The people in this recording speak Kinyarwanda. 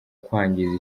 kwangiza